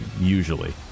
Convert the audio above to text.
usually